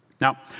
Now